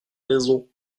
maison